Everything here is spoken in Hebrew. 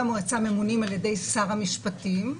המועצה ממונים על ידי שר המשפטים.